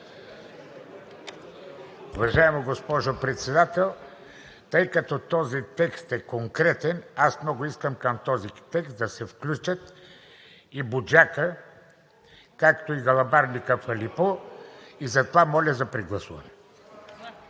Уважаема госпожо Председател, тъй като този текст е конкретен, аз много искам към този текст да се включат и „Буджака“, както и гълъбарникът в Алепу. Затова, моля за прегласуване.